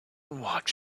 watch